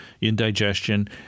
indigestion